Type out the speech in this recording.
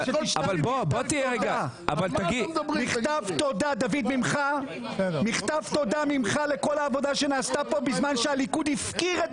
צריך לקבל ממך מכתב תודה על כל העבודה שנעשתה כאן בזמן שהליכוד הפקיר את